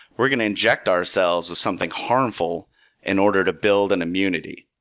we're going to inject ourselves with something harmful in order to build an immunity.